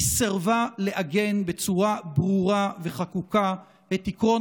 היא סירבה לעגן בצורה ברורה וחקוקה את עקרון